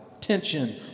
tension